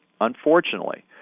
Unfortunately